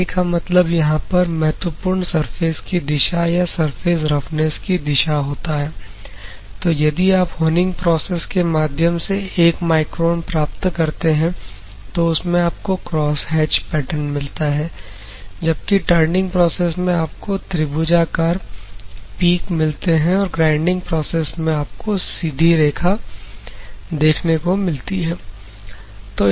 ले का मतलब यहां पर महत्वपूर्ण सरफेस की दिशा या सरफेस रफनेस की दिशा होता है तो यदि आप होनिंग प्रोसेस के माध्यम से एक माइक्रोन प्राप्त करते हैं तो उसमें आपको क्रॉसहैच पैटर्न मिलता है जबकि टर्निंग प्रोसेस में आपको त्रिभुजाकार पिक मिलते हैं और ग्राइंडिंग प्रोसेस में आपको सीधी रेखा देखने को मिलती है